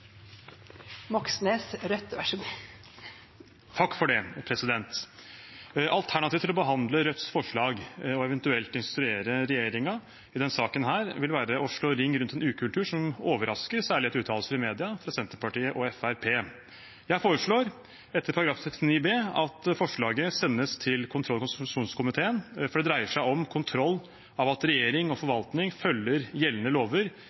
Moxnes har bedt om ordet. Alternativet til å behandle Rødts forslag og eventuelt instruere regjeringen i denne saken vil være å slå ring rundt en ukultur, noe som ville overraske, særlig etter uttalelser i media fra Senterpartiet og Fremskrittspartiet. Jeg foreslår, etter § 39 annet ledd bokstav b i forretningsordenen, at forslaget sendes til kontroll- og konstitusjonskomiteen, fordi dette dreier seg om kontroll av at regjering og forvaltning følger gjeldende lover,